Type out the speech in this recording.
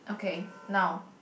okay now